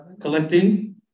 Collecting